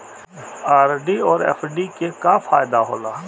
RD और FD के का फायदा हौला?